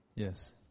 Yes